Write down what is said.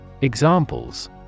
Examples